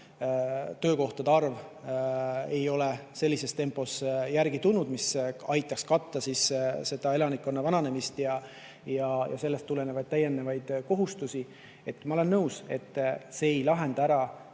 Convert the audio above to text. töökohtade arv ei ole sellises tempos järele tulnud, mis aitaks katta seda elanikkonna vananemist ja sellest tulenevaid täiendavaid kohustusi. Ma olen nõus, et see [eelnõu] ei lahenda ära